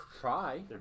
try